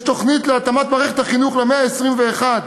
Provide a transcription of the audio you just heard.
יש תוכנית להתאמת מערכת החינוך למאה ה-21,